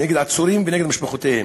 נגד עצורים ובני משפחותיהם.